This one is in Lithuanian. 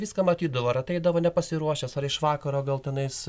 viską matydavo ar ateidavo nepasiruošęs ar iš vakaro gal tenais